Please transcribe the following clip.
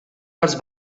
dels